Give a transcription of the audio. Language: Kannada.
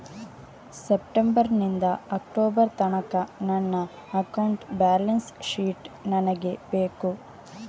ಸೆಪ್ಟೆಂಬರ್ ನಿಂದ ಅಕ್ಟೋಬರ್ ತನಕ ನನ್ನ ಅಕೌಂಟ್ ಬ್ಯಾಲೆನ್ಸ್ ಶೀಟ್ ನನಗೆ ಬೇಕು